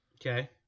Okay